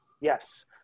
yes